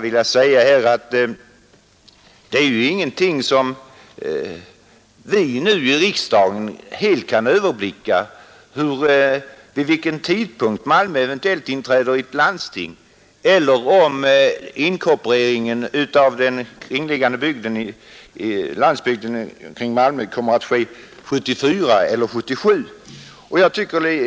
Vi kan ju inte nu här i riksdagen överblicka vid vilken tidpunkt Malmö eventuellt inträder i landsting eller om sammanläggning av den kringliggande landsbygden kommer att ske 1974 eller 1977.